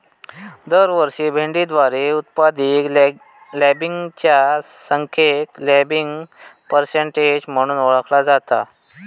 दरवर्षी भेंडीद्वारे उत्पादित लँबिंगच्या संख्येक लँबिंग पर्सेंटेज म्हणून ओळखला जाता